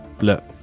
look